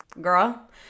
Girl